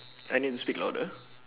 I need to speak louder